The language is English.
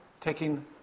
taking